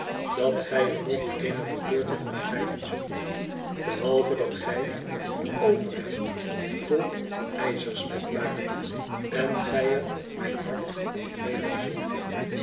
zijt gij er nog eene beroerte van krijgen zult behalve dat gij uw ovezhemd vol ijzersmet maakt en gij er mijn hart door breken zult